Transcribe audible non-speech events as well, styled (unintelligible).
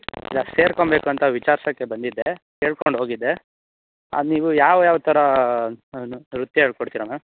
ಇಲ್ಲ ಸೇರ್ಕೊಬೇಕು ಅಂತ ವಿಚಾರ್ಸೋಕೆ ಬಂದಿದ್ದೆ ಕೇಳ್ಕೊಂಡು ಹೋಗಿದ್ದೆ ಅದು ನೀವು ಯಾವ ಯಾವ ಥರ (unintelligible) ನೃತ್ಯ ಹೇಳ್ಕೊಡ್ತೀರ ಮ್ಯಾಮ್